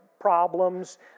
problems